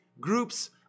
groups